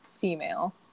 female